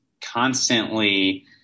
constantly